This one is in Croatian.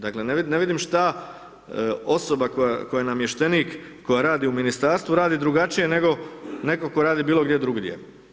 Dakle, ne vidim šta osoba koja je namještenik, koja radi u Ministarstvu, radi drugačije, nego netko tko radi bilo gdje drugdje.